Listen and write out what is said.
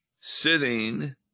sitting